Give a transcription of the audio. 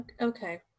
Okay